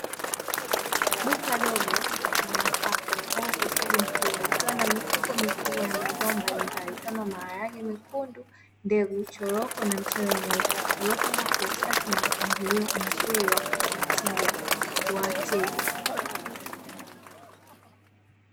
Duka dogo la nafaka limepangwa kwa ustadi mkubwa, likiwa na mifuko mikubwa ya mazao mbalimbali, kama: maharage mekundu, mbegu, choroko na mchele mweupe, uliopangwa kwa usafi na mpangilio mzuri wa kuvutia wateja.